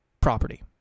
property